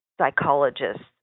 psychologists